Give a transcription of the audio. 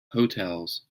hotels